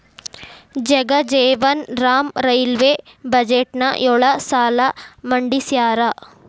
Jagjivan Ram railway ಬಜೆಟ್ನ ಯೊಳ ಸಲ ಮಂಡಿಸ್ಯಾರ